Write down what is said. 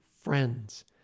friends